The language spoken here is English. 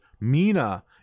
Mina